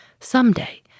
someday